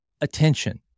attention